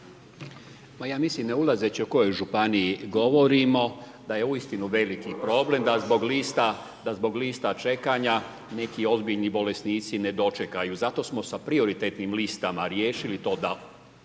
ja mislim ne ulazeći o kojoj županiji govorimo da je uistinu veliki problem da zbog lista čekanja neki ozbiljni bolesnici ne dočekaju. Zato smo sa prioritetnim listama riješili to da